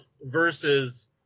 versus